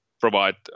provide